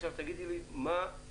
תני לי נתונים.